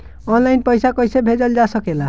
आन line पईसा कईसे भेजल जा सेकला?